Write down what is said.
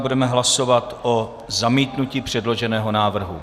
Budeme hlasovat o zamítnutí předloženého návrhu.